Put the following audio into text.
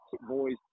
boys